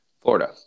Florida